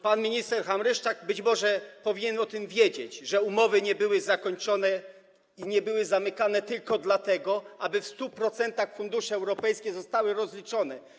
Pan minister Hamryszczak być może powinien wiedzieć o tym, że umowy nie były zakończone i nie były zamykane tylko dlatego, aby w 100% fundusze europejskie zostały rozliczone.